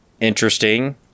interesting